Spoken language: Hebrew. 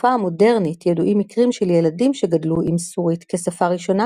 בתקופה המודרנית ידועים מקרים של ילדים שגדלו עם סורית כשפה ראשונה,